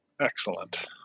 Excellent